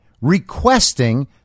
requesting